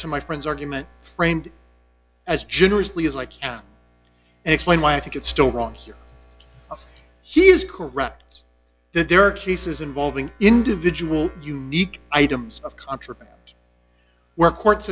to my friend's argument framed as generously as i can and explain why i think it's still wrong here he is correct that there are cases involving individual unique items of contraband were courts